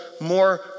more